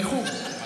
באיחור,